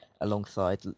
alongside